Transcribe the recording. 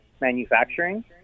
manufacturing